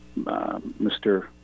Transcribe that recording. Mr